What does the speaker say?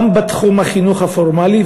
גם בתחום החינוך הפורמלי,